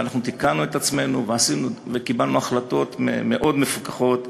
ואנחנו תיקנו את עצמנו וקיבלנו החלטות מאוד מפוכחות.